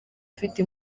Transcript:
ufite